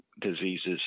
diseases